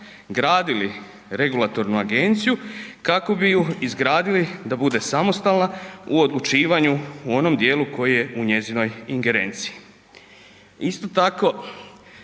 gradili regulatornu agenciju kako bi ju izgradili da bude samostalna u odlučivanju u onome djelu koji je u njezinoj ingerenciji. Isto tako,